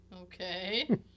Okay